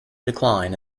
decline